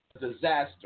disaster